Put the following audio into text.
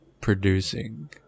producing